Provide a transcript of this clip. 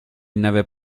n’avait